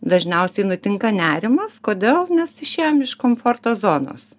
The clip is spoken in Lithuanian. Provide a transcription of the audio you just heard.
dažniausiai nutinka nerimas kodėl nes išėjom iš komforto zonos